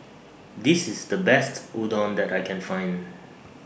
This IS The Best Udon that I Can Find